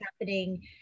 happening